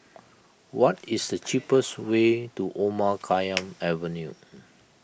what is the cheapest way to Omar Khayyam Avenue